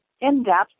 in-depth